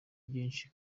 byinshi